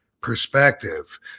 perspective